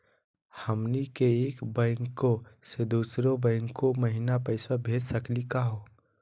हमनी के एक बैंको स दुसरो बैंको महिना पैसवा भेज सकली का हो?